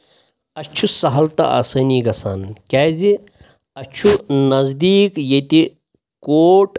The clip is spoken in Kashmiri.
اَسہِ چھُ سہل تہٕ آسٲنی گژھان کیٛازِ اَسہِ چھُ نزدیٖک ییٚتہِ کورٹ